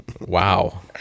Wow